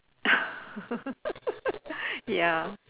ya